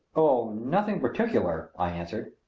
oh, nothing particular! i answered.